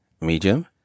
medium